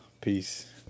Peace